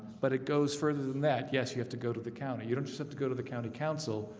but it goes further than that. yes, you have to go to the county you don't just have to go to the county council,